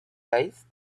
tastes